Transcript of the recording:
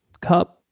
Cup